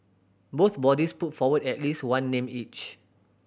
both bodies put forward at least one name each